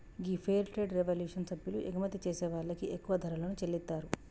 గీ fair trade revolution సభ్యులు ఎగుమతి చేసే వాళ్ళకి ఎక్కువ ధరలను చెల్లితారు